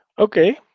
Okay